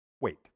wait